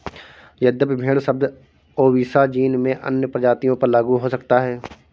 यद्यपि भेड़ शब्द ओविसा जीन में अन्य प्रजातियों पर लागू हो सकता है